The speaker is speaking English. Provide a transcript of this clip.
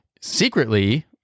secretly